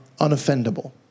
unoffendable